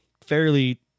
fairly